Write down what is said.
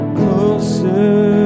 closer